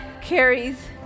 carries